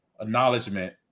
acknowledgement